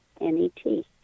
n-e-t